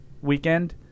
weekend